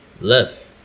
left